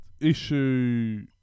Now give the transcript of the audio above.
issue